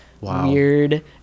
weird